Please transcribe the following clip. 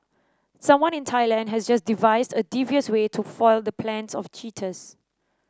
someone in Thailand has just devised a devious way to foil the plans of cheaters